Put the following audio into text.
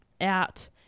out